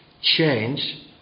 change